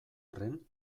arren